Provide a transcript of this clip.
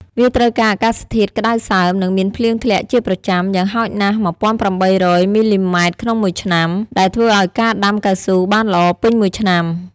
វាត្រូវការអាកាសធាតុក្តៅសើម និងមានភ្លៀងធ្លាក់ជាប្រចាំ យ៉ាងហោចណាស់ ១៨០០ មិល្លីម៉ែត្រក្នុងមួយឆ្នាំ ដែលធ្វើឲ្យការដាំកៅស៊ូបានល្អពេញមួយឆ្នាំ។